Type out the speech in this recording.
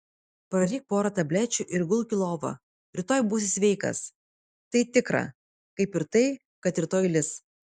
praryk porą tablečių ir gulk į lovą rytoj būsi sveikas tai tikra kaip ir tai kad rytoj lis